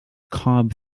cobb